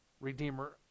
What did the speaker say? redeemer